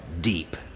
deep